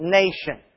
nation